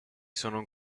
sono